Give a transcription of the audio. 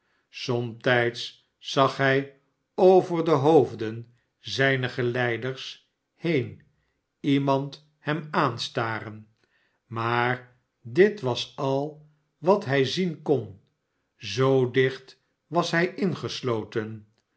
somtijds zag hij over de hoofden zijner geleiders heen iemand hemaanstaren maar dit was al wat hij zien kon zoo dicht was hij inge sloten